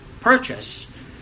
purchase